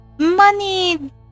money